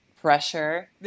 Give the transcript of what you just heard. pressure